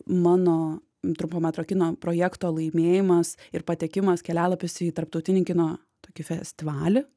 mano trumpo metro kino projekto laimėjimas ir patekimas kelialapis į tarptautinį kino tokį festivalį